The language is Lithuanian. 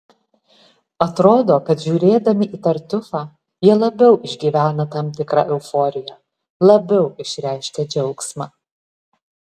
atrodo kad žiūrėdami tartiufą jie labiau išgyvena tam tikrą euforiją labiau išreiškia džiaugsmą